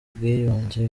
bwiyunge